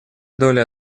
доля